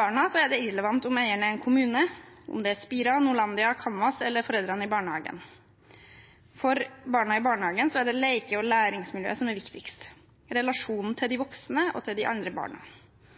barna er det irrelevant om eieren er en kommune, eller om det er Espira, Norlandia, Kanvas eller foreldrene i barnehagen. For barna i barnehagen er det leke- og læringsmiljøet som er viktigst, relasjonen til de voksne og til de andre barna.